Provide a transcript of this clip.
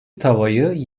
tavayı